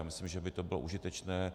Myslím, že by to bylo užitečné.